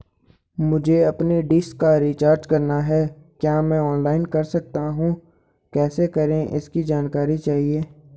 मुझे अपनी डिश का रिचार्ज करना है क्या मैं ऑनलाइन कर सकता हूँ कैसे करें इसकी जानकारी चाहिए?